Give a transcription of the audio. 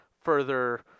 further